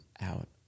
out